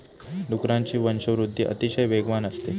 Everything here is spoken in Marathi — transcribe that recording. डुकरांची वंशवृद्धि अतिशय वेगवान असते